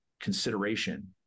consideration